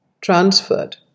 transferred